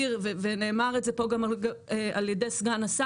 ניר ואבו וילן,